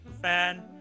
Fan